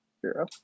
Zero